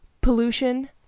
pollution